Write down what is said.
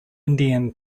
indian